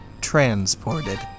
Transported